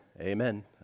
amen